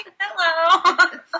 Hello